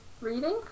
reading